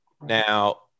now